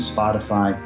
Spotify